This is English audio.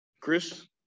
Chris